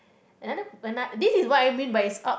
another this is what I mean by it's up